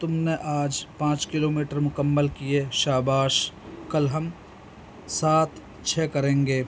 تم نے آج پانچ کلو میٹر مکمل کیے شاباش کل ہم سات چھ کریں گے